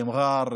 אל-מע'אר,